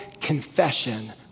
confession